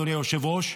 אדוני היושב-ראש,